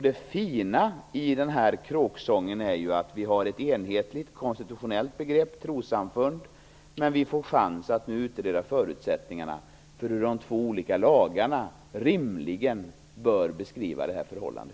Det fina i kråksången är ju att vi har ett enhetligt konstitutionellt begrepp - trossamfund - men att vi får chans att nu utreda förutsättningarna för hur de två olika lagarna rimligen bör beskriva detta förhållande.